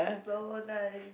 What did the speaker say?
so nice